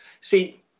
See